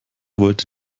wollte